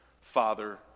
Father